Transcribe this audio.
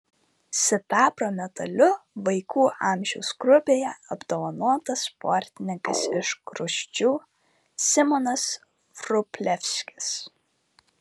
sidabro medaliu vaikų amžiaus grupėje apdovanotas sportininkas iš gruzdžių simonas vrublevskis